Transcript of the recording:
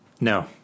No